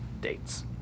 dates